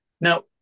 Now